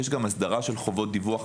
יש גם הסדרה של חובות דיווח,